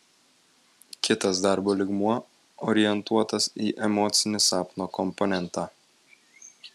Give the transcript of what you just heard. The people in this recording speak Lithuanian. kitas darbo lygmuo orientuotas į emocinį sapno komponentą